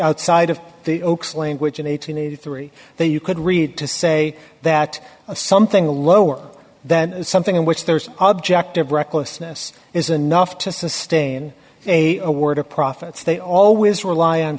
outside of the oak's language in eight hundred and eighty three that you could read to say that something lower than something in which there's object of recklessness is enough to sustain a award of profits they always rely on